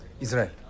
Israel